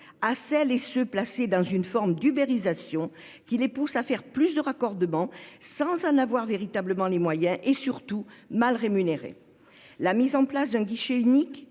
à celles et à ceux qui subissent une forme d'ubérisation qui les pousse à réaliser toujours plus de raccordements, sans en avoir véritablement les moyens, et qui sont surtout mal rémunérés. La mise en place d'un guichet unique